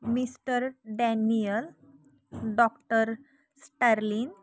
mister Daniel doctor sterling